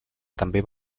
també